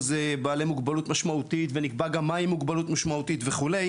בעלי מוגבלות משמעותית ונקבע גם מה היא מוגבלות משמעותית וכו'.